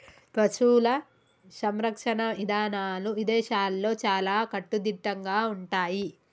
పశువుల సంరక్షణ ఇదానాలు ఇదేశాల్లో చాలా కట్టుదిట్టంగా ఉంటయ్యి